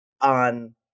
on